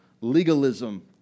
legalism